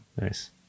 Nice